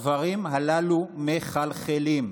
הדברים הללו מחלחלים.